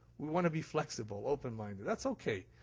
we want to be flexible, open minded. that's okay.